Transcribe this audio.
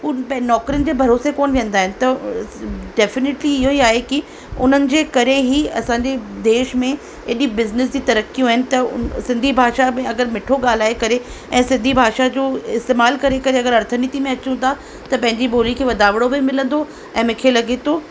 हूअ नौकिरियुनि जे भरोसे कोन विहंदा आहिनि त डेफिनेटली इहो ई आहे की उन्हनि जे करे ई असांजे देश में एॾी बिज़निस जी तरक़ियूं आहिनि त सिंधी भाषा में अगरि मिठो ॻाल्हाए करे ऐं सिंधी भाषा जो इस्तेमालु करे करे अगरि अर्थ नीति में अचूं था त पंहिंजी ॿोली खे वधाइणो बि मिलंदो ऐं मूंखे लॻे थो